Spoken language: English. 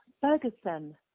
Ferguson